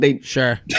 Sure